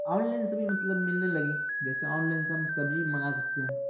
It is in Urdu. آن لائن سے بھی مطلب ملنے لگی جیسے آن لائن سے ہم سبزی منگا سکتے ہیں